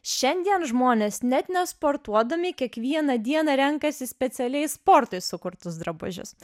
šiandien žmonės net nesportuodami kiekvieną dieną renkasi specialiai sportui sukurtus drabužius